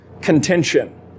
contention